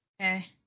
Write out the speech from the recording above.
Okay